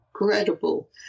incredible